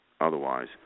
otherwise